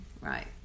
Right